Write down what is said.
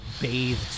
bathed